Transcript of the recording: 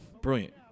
Brilliant